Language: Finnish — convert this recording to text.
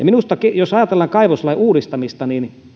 minusta jos ajatellaan kaivoslain uudistamista